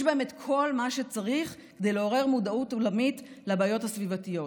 יש בהם את כל מה שצריך כדי לעורר מודעות עולמית לבעיות הסביבתיות.